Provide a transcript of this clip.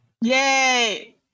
Yay